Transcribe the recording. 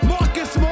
Marcus